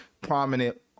prominent